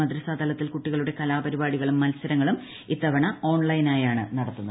മദ്റസാ തലത്തിൽ കുട്ടികളുടെ കലാപരിപാടികളും മത്സരങ്ങളും ഇത്തവണ ഓൺലൈനായാണ് നടത്തുന്നത്